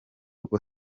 rwo